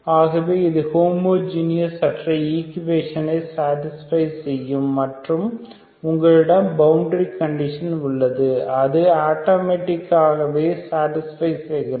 ஆகவே இது ஹோமோஜீனியஸ் அற்ற ஈக்குவேஷனை சாடிஸ்பை செய்யும் மற்றும் உங்களிடம் பவுண்டரி கண்டிஷன் உள்ளது அது ஆட்டோமேட்டிக் ஆகவே சாடிஸ்பை செய்கிறது